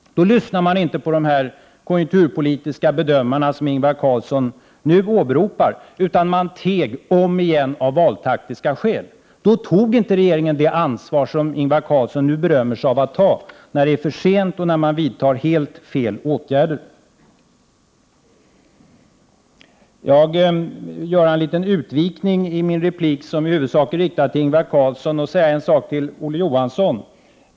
Då lyssnade man inte på de konjunkturpolitiska bedömare som Ingvar Carlsson nu åberopar. Man teg, om igen av valtaktiska skäl. Då tog inte regeringen det ansvar som Ingvar Carlsson nu berömmer sig av att ta, när det är för sent och man vidtar helt felaktiga åtgärder. Jag vill göra en liten utvikning i min replik, som i huvudsak är riktad till Ingvar Carlsson, och säga en sak till Olof Johansson.